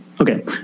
okay